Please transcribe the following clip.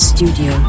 Studio